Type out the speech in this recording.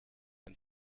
and